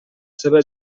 seva